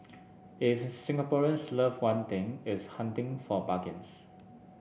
if Singaporeans love one thing it's hunting for bargains